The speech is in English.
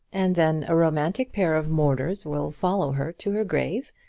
and then a romantic pair of mourners will follow her to her grave,